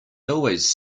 always